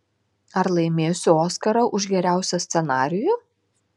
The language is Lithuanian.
ar laimėsiu oskarą už geriausią scenarijų